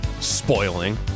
Spoiling